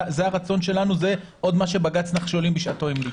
זה הרצון שלנו וזה מה שבג"ץ נחשולים בשעתו המליץ.